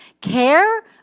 care